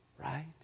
Right